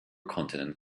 continent